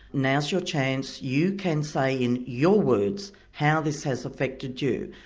now's your chance. you can say in your words how this has affected you.